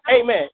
Amen